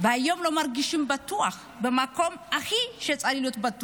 שהיום לא מרגישים בטוח במקום שצריך להיות הכי בטוח.